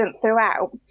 throughout